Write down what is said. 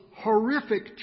horrific